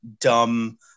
dumb